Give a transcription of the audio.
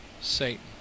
Satan